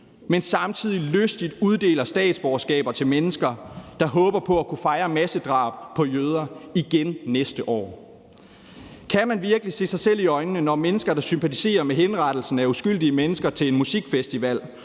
men samtidig lystigt uddeler statsborgerskaber til mennesker, der håber på at kunne fejre massedrab på jøder igen næste år. Kan man virkelig se sig selv i øjnene, når mennesker, der sympatiserer med henrettelsen af uskyldige mennesker til en musikfestival